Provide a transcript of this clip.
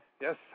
Yes